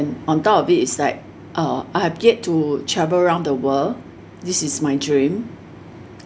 and on top of it it's like uh I have yet to travel around the world this is my dream